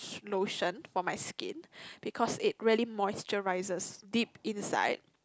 lotion for my skin because it really moisturises deep inside